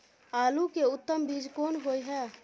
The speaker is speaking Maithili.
आलू के उत्तम बीज कोन होय है?